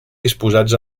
disposats